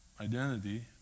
identity